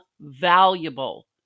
valuable